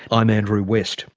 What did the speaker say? i'm andrew west